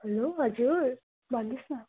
hello हजुर भन्नुहोस् न